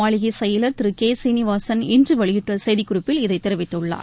மாளிகைசெயலர் திருகேசீனிவாசன் இன்றவெளியிட்டுள்ளசெய்திக்குறிப்பில் ஆளுநர் இதைதெரிவித்துள்ளார்